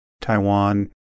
Taiwan